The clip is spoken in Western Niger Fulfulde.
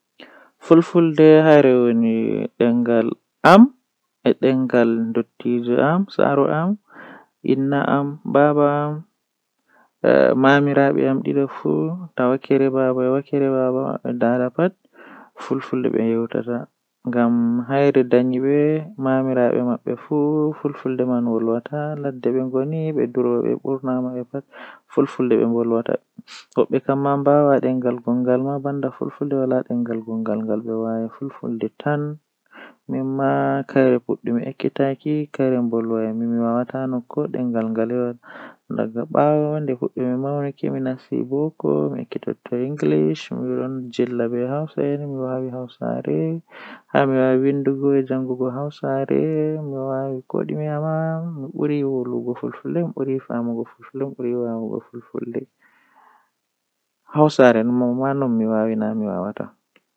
Haa less ndiyan mi wawan mi joga pofde am jei minti dido minti didi laatan cappan e jweego jweego gud didi laata temerre e nogas sekan temmere e nogas.